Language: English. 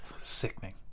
Sickening